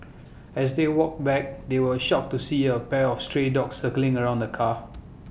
as they walked back they were shocked to see A pack of stray dogs circling around the car